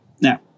now